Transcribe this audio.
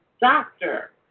Doctor